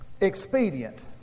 expedient